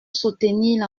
soutenir